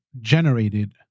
generated